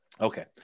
Okay